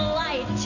light